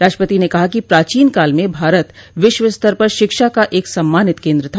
राष्ट्रपति ने कहा कि प्राचीन काल में भारत विश्वस्तर पर शिक्षा का एक सम्मानित केंद्र था